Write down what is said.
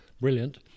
brilliant